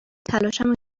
تلاشمو